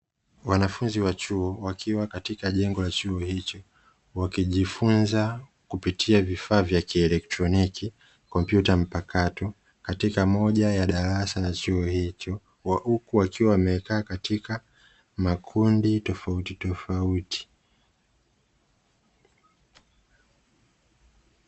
Wanafunzi wa chuo wkaiwa katika jengo la chuo hicho wakijifunza kupitia vifaa vya kielektroniki, kompyuta mpakato, katika moja ya darasa la chuo hicho, huku wakiwa wamekaa katika makundi tofautitofauti.